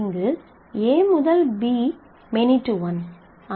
இங்கு A முதல் B many to one